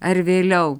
ar vėliau